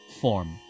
form